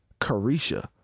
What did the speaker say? carisha